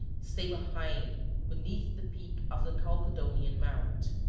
stay behind beneath the peak of the chalcodonian mount.